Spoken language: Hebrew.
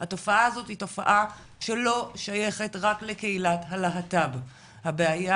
התופעה הזאת היא תופעה שלא שייכת רק לקהילת הלהט"ב הבעיה